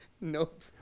Nope